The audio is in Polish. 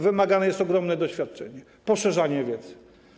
Wymagane jest ogromne doświadczenie, poszerzanie wiedzy.